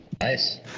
Nice